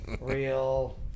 Real